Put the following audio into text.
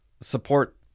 support